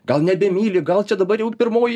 gal nebemyli gal čia dabar jau pirmoji